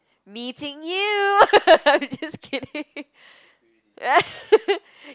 meeting you just kidding